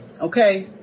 Okay